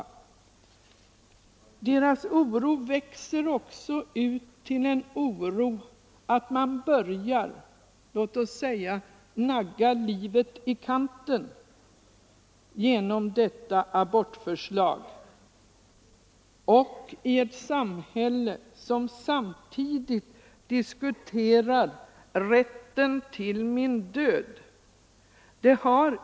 Deras oro växer också ut till en oro för att man börjar låt oss säga nagga livet i kanten genom detta abortlagförslag — i ett samhälle som samtidigt diskuterar ”rätten till min död”.